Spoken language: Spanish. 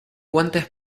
guantes